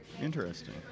interesting